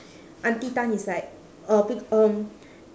auntie tan is like uh bec~ um